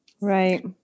Right